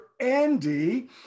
Andy